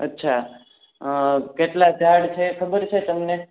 અચ્છા કેટલા ઝાડ છે એ ખબર છે તમને